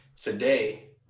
today